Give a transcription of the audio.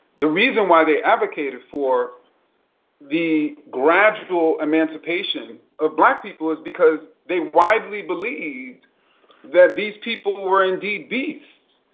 the reason why they advocated for the gradual emancipation of black people is because they widely believed that these people were, indeed, beasts.